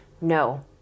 no